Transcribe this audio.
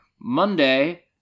Monday